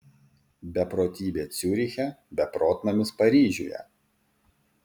beprotybė ciuriche beprotnamis paryžiuje